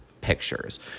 pictures